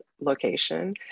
location